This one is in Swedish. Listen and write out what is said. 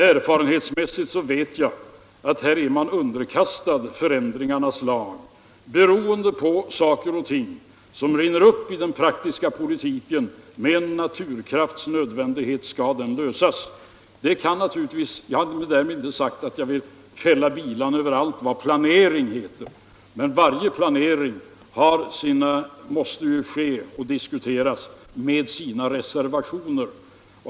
Erfarenhetsmässigt vet jag att man här är underkastad förändringarnas lag beroende på frågor som kommer upp i den praktiska politiken. Med en naturkrafts nödvändighet skall de lösas. Jag har därmed inte sagt att jag vill fälla bilan över allt vad planering heter, men varje planering måste ju genomföras och diskuteras med vissa reservationer.